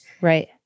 Right